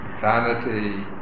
vanity